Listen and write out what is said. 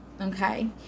okay